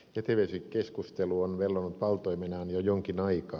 jätevesikeskustelu on vellonut valtoimenaan jo jonkin aikaa